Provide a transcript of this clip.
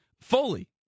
Foley